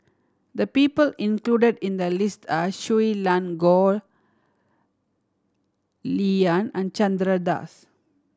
the people included in the list are Shui Lan Goh LihYan and Chandra Das